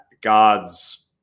gods